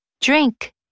drink